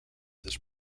this